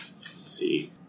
see